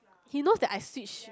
he knows that I switch